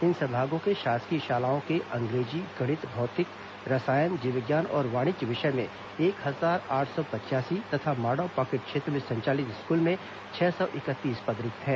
इन संभागों के शासकीय शालाओं के अंग्रेजी गणित भौतिक रसायन जीव विज्ञान और वाणिज्य विषय में एक हजार आठ सौ पचयासी तथा माडा पॉकेट क्षेत्र में संचालित स्कूल में छह सौ इकतीस पद रिक्त हैं